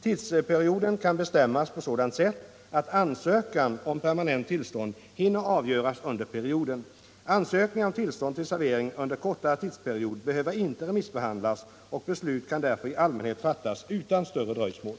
Tidsperioden kan bestämmas på sådant sätt att ansökan om permanent tillstånd hinner avgöras under perioden. Ansökningar om tillstånd till servering under kortare tidsperiod behöver inte remissbehandlas, och beslut kan därför i allmänhet fattas utan större dröjsmål.